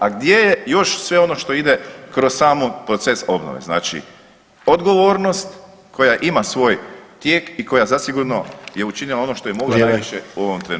A gdje je još sve ono što ide kroz sami proces obnove, znači odgovornost koja ima svoj tijek i koja zasigurno je učinila ono što je mogla najviše u ovom